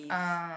uh